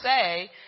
say